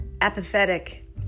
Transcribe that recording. apathetic